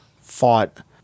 fought